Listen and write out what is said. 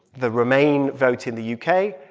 the remain vote in the u k,